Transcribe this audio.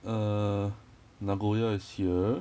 err nagoya is here